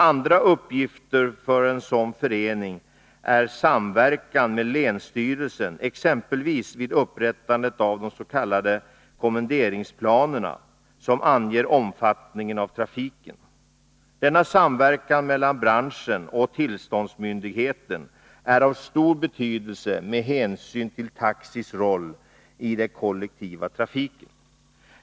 Andra uppgifter för en sådan förening är samverkan med länsstyrelsen, exempelvis vid upprättandet av de s.k. kommenderingsplanerna, som anger omfattningen av trafiken. Denna samverkan mellan branschen och tillståndsmyndigheten är av stor betydelse med hänsyn till taxis roll i den kollektiva trafiken.